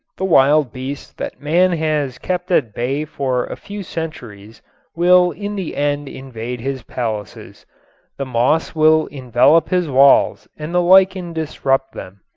the wild beasts that man has kept at bay for a few centuries will in the end invade his palaces the moss will envelop his walls and the lichen disrupt them.